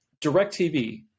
DirecTV